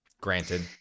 Granted